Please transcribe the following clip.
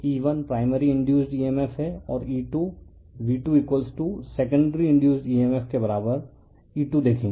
तो E1 primary induced emf है और E2 V2 secondary induced emf के बराबर E2 देखें